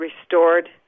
restored